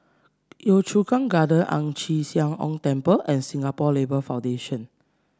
Yio Chu Kang Gardens Ang Chee Sia Ong Temple and Singapore Labour Foundation